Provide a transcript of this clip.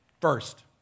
First